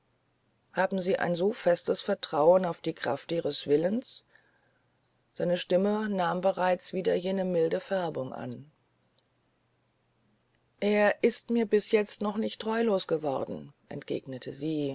haben sie ein so festes vertrauen auf die kraft ihres willens seine stimme nahm bereits wieder jene milde färbung an er ist mir bis jetzt noch nicht treulos geworden entgegnete sie